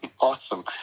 Awesome